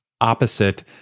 opposite